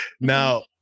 Now